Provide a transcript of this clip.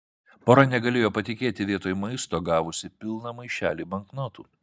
pora negalėjo patikėti vietoj maisto gavusi pilną maišelį banknotų